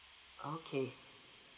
okay